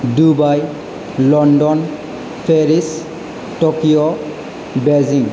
Dubai London Paris Tokyo Beijing